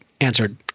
answered